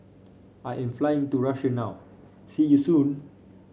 I am flying to Russia now see you soon